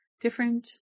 different